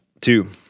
two